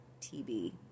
TB